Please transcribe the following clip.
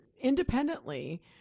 independently